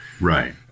Right